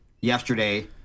yesterday